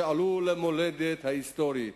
שעלו למולדת ההיסטורית,